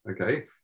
okay